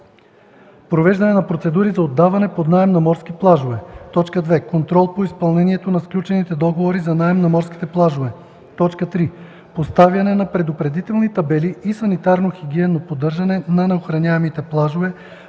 провеждане на процедури за отдаване под наем на морски плажове; 2. контрол по изпълнението на сключените договори за наем на морските плажове; 3. поставяне на предупредителни табели и санитарно-хигиенно поддържане на неохраняемите плажове,